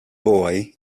boy